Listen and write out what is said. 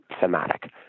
thematic